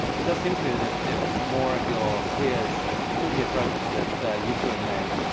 it does seem to me that if if more of your peers took the approach that you two have made,